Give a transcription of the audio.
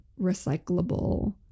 recyclable